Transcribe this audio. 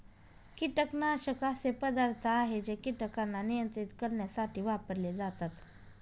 कीटकनाशक असे पदार्थ आहे जे कीटकांना नियंत्रित करण्यासाठी वापरले जातात